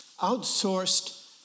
outsourced